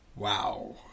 Wow